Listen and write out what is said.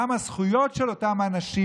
גם הזכויות של אותם האנשים